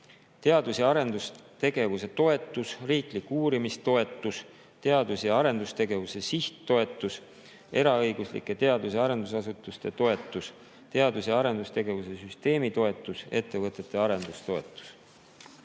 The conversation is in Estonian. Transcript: teadus- ja arendustegevuse toetus, riiklik uurimistoetus, teadus- ja arendustegevuse sihttoetus, eraõiguslike teadus- ja arendusasutuste toetus, teadus- ja arendustegevuse süsteemi toetus, ettevõtete arendustoetus.